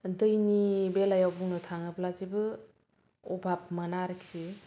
दैनि बेलायाव बुंनो थाङोब्ला जेबो अभाब मोना आरोखि